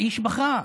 האיש בכה.